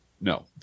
No